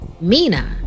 Mina